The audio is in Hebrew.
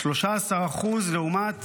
13% לעומת